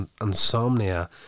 insomnia